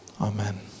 amen